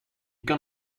kan